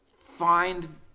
Find